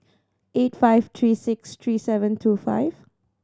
eight five three six three seven two five